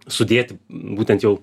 sudėti būtent jau